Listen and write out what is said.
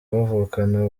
bavukana